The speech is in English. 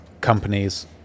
companies